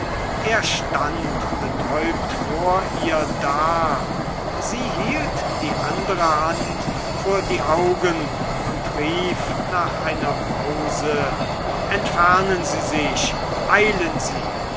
er stand betäubt vor ihr da sie hielt die andere hand vor die augen und rief nach einer pause entfernen sie sich eilen sie